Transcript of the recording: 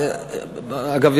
אגב,